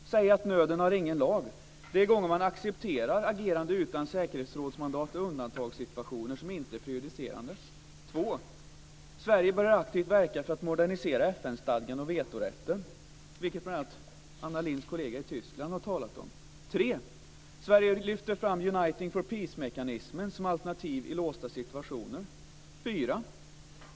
Vi kan säga att nöden inte har någon lag. De gånger som man accepterar agerande utan säkerhetsrådsmandat är undantagssituationer som inte är prejudicerande. 2. Sverige bör alltid verka för att modernisera FN stadgan och vetorätten, något som bl.a. Anna Lindhs kollega i Tyskland har talat om. 3. Sverige lyfter fram Uniting for Peacemekanismen som alternativ i låsta situationer. 4.